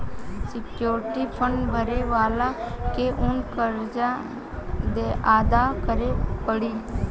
surety bond भरे वाला के ऊ कर्ज अदा करे पड़ी